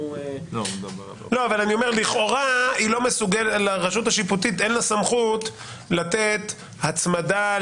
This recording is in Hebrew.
--- לכאורה לרשות השיפוטית אין סמכות לתת הצמדה.